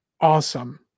awesome